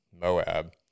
Moab